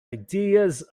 ideas